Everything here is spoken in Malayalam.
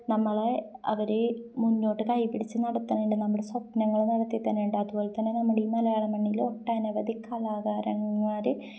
നമ്മളെ അവർ മുന്നോട്ട് കൈ പിടിച്ചു നടത്തുന്നുണ്ട് നമ്മുടെ സ്വപ്നങ്ങൾ നടത്തിത്തരുന്നുണ്ട് അതുപോലെ തന്നെ നമ്മുടെ ഈ മലയാളം മണ്ണിൽ ഒട്ടനവധി കലാകാരന്മാർ